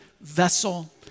vessel